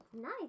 Nice